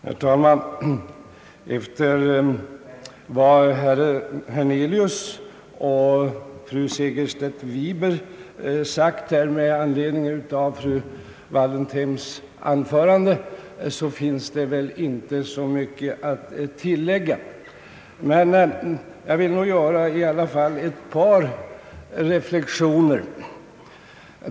Herr talman! Efter vad herr Hernelius och fru Segerstedt Wiberg har sagt med anledning av fru Wallentheims anförande finns det väl inte så mycket att tillägga. Jag vill i alla fall göra ett par reflexioner.